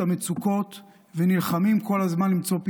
את המצוקות,